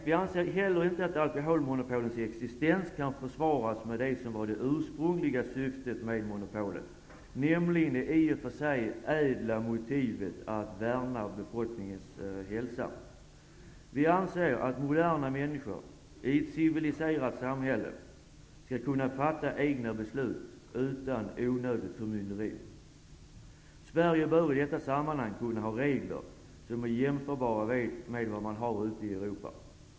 Vi anser inte heller att alkoholmonopolens existens kan försvaras med det ursprungliga syftet för monopolen, nämligen det i och för sig ädla motivet att värna om befolkningens hälsa. Vi anser att moderna människor i ett civiliserat samhälle skall kunna fatta egna beslut utan onödigt förmynderi. Sverige bör i detta sammanhang kunna ha regler som är jämförbara med vad man har ute i Europa.